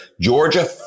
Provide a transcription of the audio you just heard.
Georgia